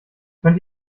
könnt